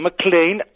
McLean